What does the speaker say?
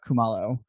Kumalo